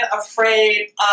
afraid